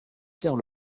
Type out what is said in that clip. pierre